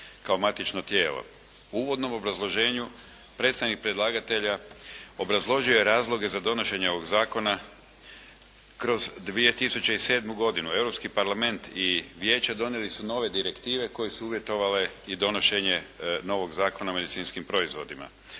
uvodnom obrazloženju predstavnik predlagatelja obrazložio je razloge za donošenje ovog zakona kroz 2007. godinu. Europski parlament i Vijeće donijeli su nove direktive koje su uvjetovale i donošenje novog Zakona o medicinskim proizvodima.